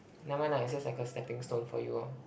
never mind lah it's just like a stepping stone for you orh